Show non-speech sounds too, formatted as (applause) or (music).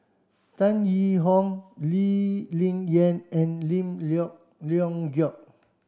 Tan Yee Hong Lee Ling Yen and Lim (unintelligible) Leong Geok